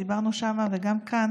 דיברנו שם וגם כאן